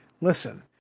Listen